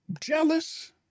jealous